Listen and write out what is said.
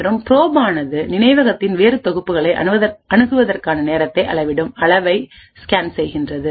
மற்றும் ப்ரோப் ஆனது நினைவகத்தின் வேறு தொகுப்புகளை அணுகுவதற்கான நேரத்தை அளவிடும் அளவை ஸ்கேன் செய்கிறது